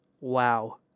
Wow